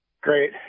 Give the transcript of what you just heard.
Great